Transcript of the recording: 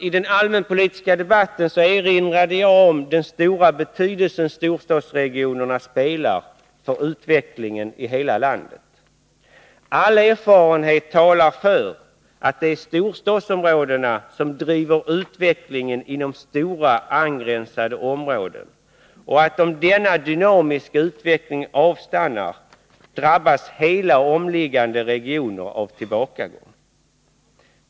I den allmänpolitiska debatten erinrade jag om den stora betydelse storstadsregionerna har för utvecklingen i hela landet. All erfarenhet visar att det är storstadsområdena som driver utvecklingen inom stora, angränsande områden och att om denna dynamiska utveckling avstannar, drabbas hela den omkringliggande regionen av tillbakagång.